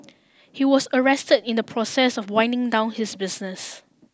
he was arrest in the process of winding down his business